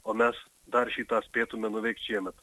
o mes dar šį tą spėtume nuveikt šiemet